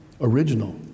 original